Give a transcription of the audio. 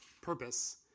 purpose